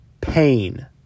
pain